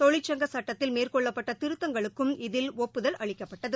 தொ ழ ி ற் சங்க சட்டத்தில் மே ற் கொள்ளப் பட்ட தி ருத்தங்களுக்கு ம் இதில் ஒப்பதல் அளிக்கப்பட்டது